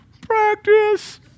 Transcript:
Practice